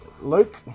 Luke